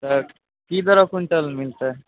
तऽ की दरऽ क्विन्टल मिलतै